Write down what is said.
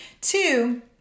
Two